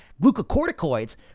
Glucocorticoids